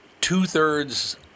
two-thirds